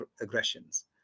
aggressions